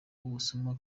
ubusuma